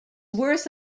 worth